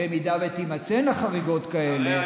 אם תימצאנה חריגות כאלה,